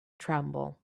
tremble